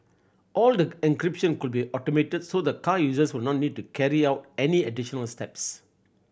all the encryption could be automated so the car users would not need to carry out any additional steps